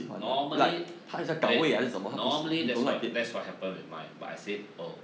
normally eh normally that's what that's what happen with mine but I said oh